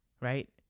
right